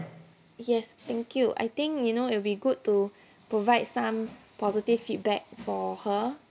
yes thank you I think you know it'll be good to provide some positive feedback for her